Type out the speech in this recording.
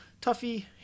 Tuffy